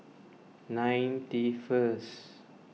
ninety first